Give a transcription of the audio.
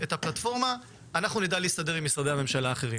הפלטפורמה אנחנו נדע להסתדר עם משרדי הממשלה האחרים.